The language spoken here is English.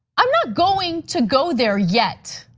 i'm not going to go there yet.